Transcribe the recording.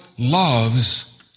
loves